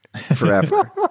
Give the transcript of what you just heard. forever